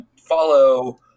follow